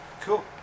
Cool